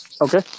Okay